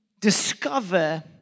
discover